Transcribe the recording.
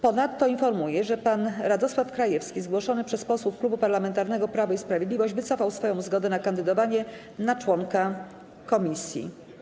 Ponadto informuję, że pan Radosław Krajewski, zgłoszony przez posłów Klubu Parlamentarnego Prawo i Sprawiedliwość, wycofał swoją zgodę na kandydowanie na członka komisji.